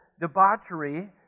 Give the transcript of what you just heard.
debauchery